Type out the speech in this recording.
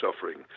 suffering